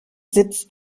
sitz